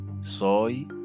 soy